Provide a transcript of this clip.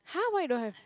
!huh! why you don't have